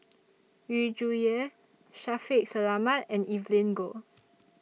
Yu Zhuye Shaffiq Selamat and Evelyn Goh